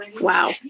wow